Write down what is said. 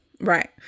Right